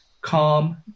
calm